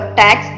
tax